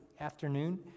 afternoon